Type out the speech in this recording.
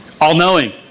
all-knowing